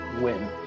win